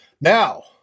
Now